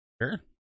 Sure